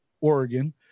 Oregon